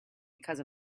because